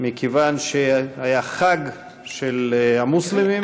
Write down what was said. מכיוון שהיה חג של המוסלמים,